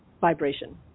vibration